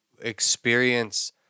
experience